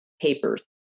papers